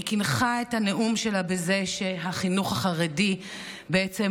היא קינחה את הנאום שלה בזה שהחינוך החרדי מוביל